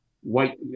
white